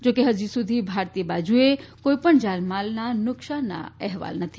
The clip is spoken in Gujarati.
જોકે હજી સુધી ભારતીય બાજુએ કોઈપણ જાન માલના નુકસાનના અહેવાલ નથી